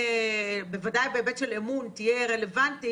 בוודאי בהיבט של אמון, תהיה רלוונטית.